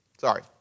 Sorry